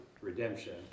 redemption